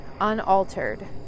unaltered